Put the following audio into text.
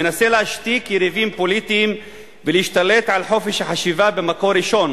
מנסה להשתיק יריבים פוליטיים ולהשתלט על חופש החשיבה במקור ראשון